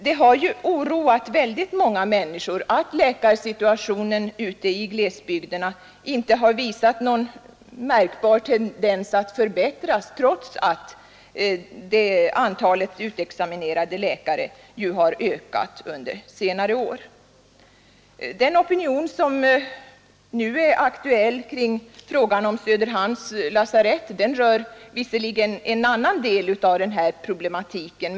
Det har ju oroat många människor att läkarsituationen ute i glesbygderna inte har visat någon märkbar tendens att förbättras, trots att antalet utexaminerade läkare har ökat under senare år. Den opinion som nu är aktuell kring frågan om Söderhamns lasarett rör visserligen en annan del av den här problematiken.